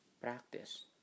practice